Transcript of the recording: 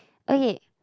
okay